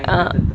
ah